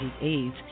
AIDS